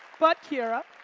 but kiara,